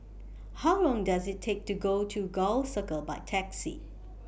How Long Does IT Take to get to Gul Circle By Taxi